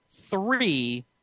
three